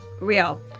Real